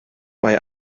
mae